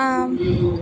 આમ